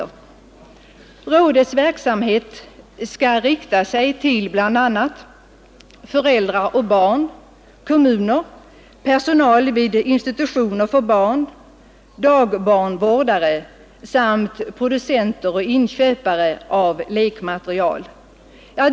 Rådets verksamhet skall rikta sig till bl.a. föräldrar och barn, kommuner, personal vid institutioner för barn, dagbarnvårdare samt producenter och inköpare av lekmaterial.